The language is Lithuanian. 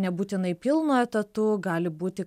nebūtinai pilnu etatu gali būti